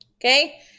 Okay